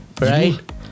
Right